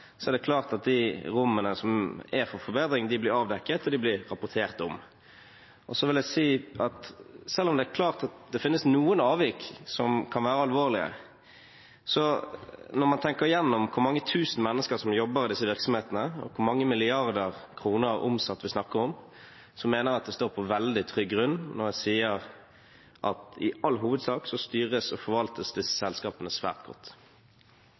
er det klart at rom for forbedringer blir avdekket og rapportert om. Selv om det er klart at det finnes noen avvik som kan være alvorlige, når man tenker gjennom hvor mange tusen mennesker som jobber i disse virksomhetene, og hvor mange milliarder kroner omsatt vi snakker om, mener jeg at jeg står på veldig trygg grunn når jeg sier at i all hovedsak styres og forvaltes disse selskapene svært godt.